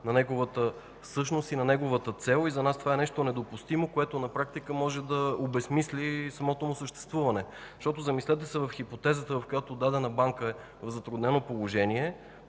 на неговата същност и на неговата цел. За нас това е нещо недопустимо, което на практика може да обезсмисли самото му съществуване. Замислете се – в хипотезата, в която дадена банка е в затруднено положение